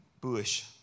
bush